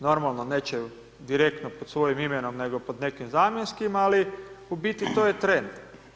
Normalno neće direktno pod svojim imenom nego pod nekim zamjenskim ali u biti to je trend.